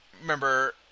remember